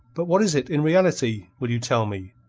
but what is it, in reality, will you tell me?